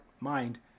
mind